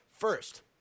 First